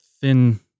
thin